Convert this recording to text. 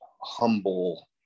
humble